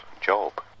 Job